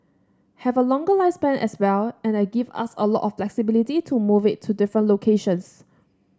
have a longer lifespan as well and that gives us a lot of flexibility to move it to different locations